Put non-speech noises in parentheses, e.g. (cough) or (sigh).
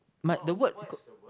might the word (noise)